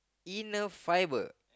inner fiber